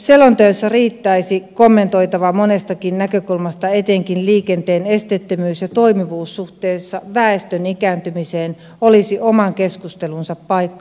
selonteossa riittäisi kommentoitavaa monestakin näkökulmasta etenkin liikenteen esteettömyys ja toimivuus suhteessa väestön ikääntymiseen olisi oman keskustelunsa paikka